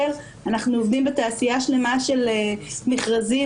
אנחנו עובדים בתעשייה שלמה של מכרזים